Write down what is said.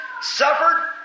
suffered